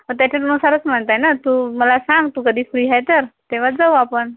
त्याच्यात नुसारच म्हणतेय ना तू मला सांग तू कधी फ्री आहे तर तेव्हा जाऊ आपण